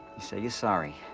say you're sorry,